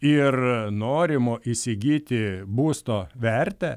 ir norimo įsigyti būsto vertę